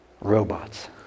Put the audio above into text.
robots